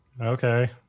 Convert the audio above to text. okay